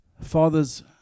Fathers